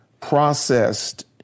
processed